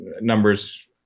numbers